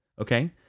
Okay